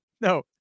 no